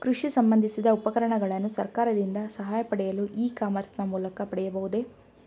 ಕೃಷಿ ಸಂಬಂದಿಸಿದ ಉಪಕರಣಗಳನ್ನು ಸರ್ಕಾರದಿಂದ ಸಹಾಯ ಪಡೆಯಲು ಇ ಕಾಮರ್ಸ್ ನ ಮೂಲಕ ಪಡೆಯಬಹುದೇ?